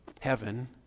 heaven